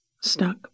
stuck